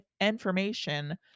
information